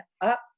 up